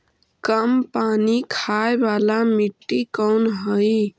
कम पानी खाय वाला मिट्टी कौन हइ?